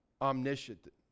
omniscient